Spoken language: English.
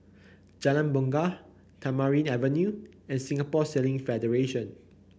Jalan Bungar Tamarind Avenue and Singapore Sailing Federation